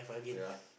ya